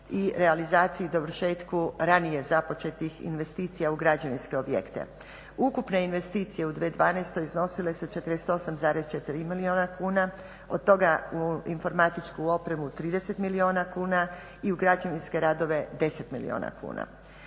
i realizaciji dovršetku ranije započetih investicija u građevinske objekte. Ukupne investicije u 2012.iznosile su 48,4 milijuna kuna od toga u informatičku opremu 30 milijuna kuna i u građevinske radove 10 milijuna kuna.